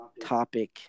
topic